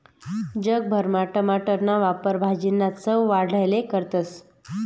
जग भरमा टमाटरना वापर भाजीना चव वाढाले करतस